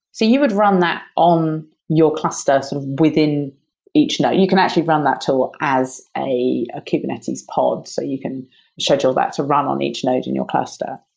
so you would run that on your cluster so within each node. you can actually run that tool as a ah kubernetes pod. so you can schedule that to run on each node in your cluster.